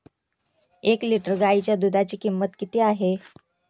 एक लिटर गाईच्या दुधाची किंमत किती आहे?